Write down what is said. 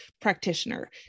practitioner